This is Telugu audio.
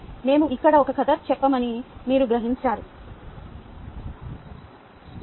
మేము ఇక్కడ ఒక కథ చెప్పామని మీరు గ్రహించారా